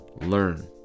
learn